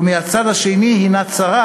ומהצד השני הנה צרה,